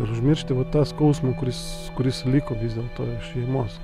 ir užmiršti vat tą skausmą kuris kuris liko vis dėlto iš šeimos